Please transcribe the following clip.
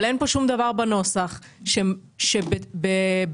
אבל אין פה שום דבר בנוסח שנמצא בהלימה: